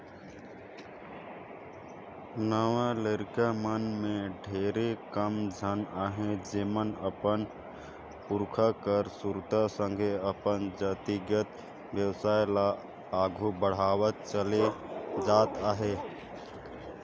नावा लरिका मन में ढेरे कम झन अहें जेमन अपन पुरखा कर सुरता संघे अपन जातिगत बेवसाय ल आघु बढ़ावत चले जात अहें